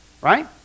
right